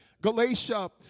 Galatia